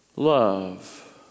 love